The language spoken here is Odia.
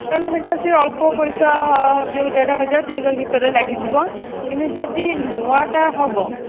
ତା'ହେଲେ ସେଇଟା ସେଇ ଅଳ୍ପ ପଇସା ଦେଡ଼ ହଜାର ଦୁଇ ହଜାର ଭିତରେ ଲାଗିଯିବ କିନ୍ତୁ ଯଦି ନୂଆଟା ହେବ